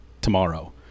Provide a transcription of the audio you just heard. tomorrow